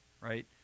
right